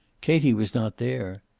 katie was not there.